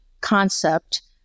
concept